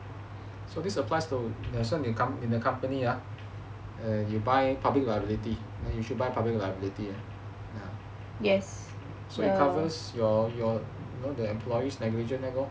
so this applies to that's why in a company ah you buy public liability and you should buy public liability ya so it covers your your you know the employees negligent act lor